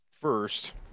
First